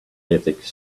ethics